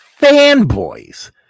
fanboys